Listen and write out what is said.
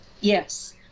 Yes